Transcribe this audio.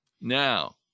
Now